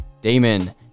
Damon